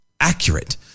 accurate